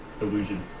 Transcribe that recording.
illusion